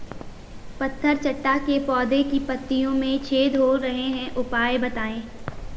पत्थर चट्टा के पौधें की पत्तियों में छेद हो रहे हैं उपाय बताएं?